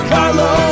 Carlo